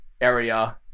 area